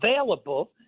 available